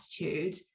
attitude